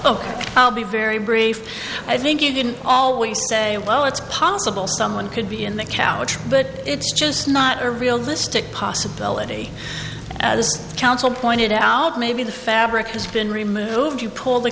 oh i'll be very brief i think you didn't always say well it's possible someone could be in the couch but it's just not a realistic possibility as counsel pointed out maybe the fabric has been removed you pull the